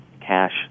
cash